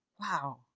Wow